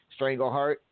Strangleheart